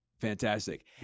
Fantastic